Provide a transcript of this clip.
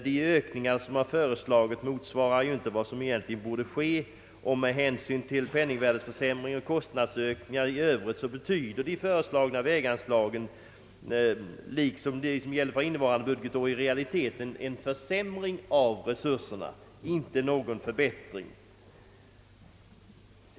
De ökningar som föreslagits motsvarar ju inte vad som egentligen behövdes, och med hänsyn till penningvärdeförsämringar och kostnadsökningar i övrigt betyder de föreslagna väganslagen liksom de som gäller för innevarande budgetår i realiteten en försämring av resurserna, inte någon förbättring.